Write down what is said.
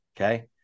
okay